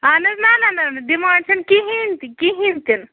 اہن حَظ نَہ نَہ نَہ نَہ ڈِمانڈ چھ نہٕ کِہیٖنۍ تہِ کِہیٖنۍ تہِ نہٕ